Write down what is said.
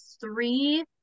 three